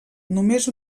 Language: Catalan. només